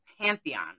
pantheon